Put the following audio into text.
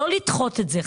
לא לדחות את זה,